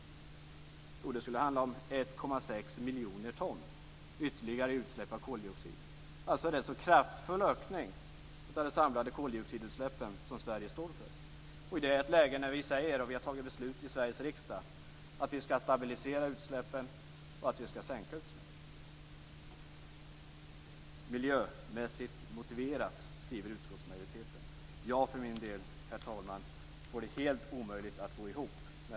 Jo, det skulle handla om ytterligare 1,6 miljoner ton i utsläpp av koldioxid. Det är alltså en rätt kraftfull ökning av de samlade koldioxidutsläpp som Sverige står för, och det i ett läge när vi i Sveriges riksdag har fattat beslut om att utsläppen skall stabiliseras och sänkas. "Miljömässigt motiverat" skriver utskottsmajoriteten. Jag för min del, herr talman, får det absolut inte att gå ihop.